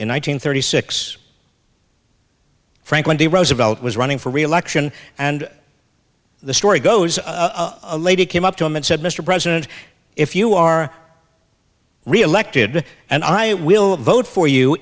thousand thirty six franklin d roosevelt was running for reelection and the story goes a lady came up to him and said mr president if you are reelected and i will vote for you